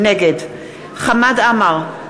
נגד חמד עמאר,